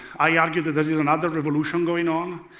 i argue that there is another revolution going on,